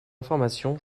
information